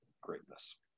greatness